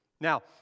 Now